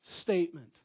statement